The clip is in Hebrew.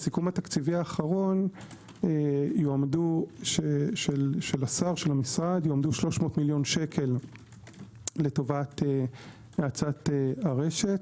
בסיכום התקציבי האחרון של המשרד יועמדו 300 מיליון שקל לטובת האצת הרשת.